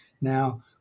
now